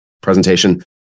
presentation